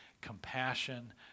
compassion